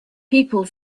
people